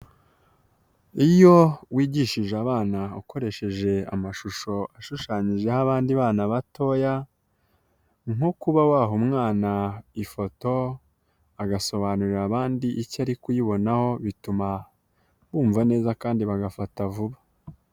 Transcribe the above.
Iyo wigishije abana ukoresheje amashusho ashushanyijeho abandi bana batoya, nko kuba waha umwana ifoto agasobanurira abandi icyo ari kuyibonaho ,bituma bumva neza kandi bagafata vuba.